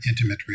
intimate